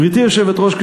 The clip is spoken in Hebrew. גברתי היושבת-ראש,